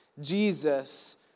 Jesus